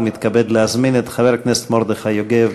ומתכבד להזמין את חבר הכנסת מרדכי יוגב